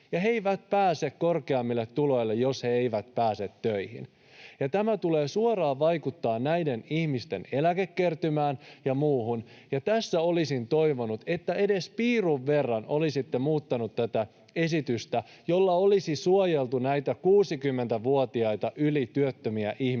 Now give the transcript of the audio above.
ja he eivät pääse korkeammille tuloille, jos he eivät pääse töihin, ja tämä tulee suoraan vaikuttamaan näiden ihmisten eläkekertymään ja muuhun. Tässä olisin toivonut, että edes piirun verran olisitte muuttaneet tätä esitystä, jolla olisi suojeltu näitä yli 60-vuotiaita työttömiä ihmisiä,